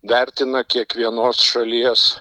vertina kiekvienos šalies